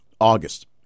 August